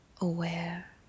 aware